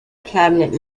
cabinet